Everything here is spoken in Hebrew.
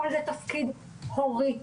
אבל זה תפקיד הורי.